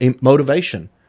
motivation